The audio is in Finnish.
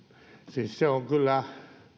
siis se on kyllä